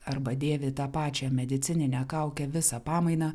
arba dėvi tą pačią medicininę kaukę visą pamainą